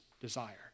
desire